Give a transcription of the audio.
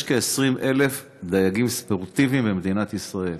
יש כ-20,000 דייגים ספורטיביים במדינת ישראל.